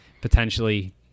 potentially